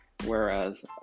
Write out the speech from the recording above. Whereas